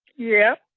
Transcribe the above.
yeah